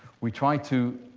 we try to